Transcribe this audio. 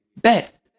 Bet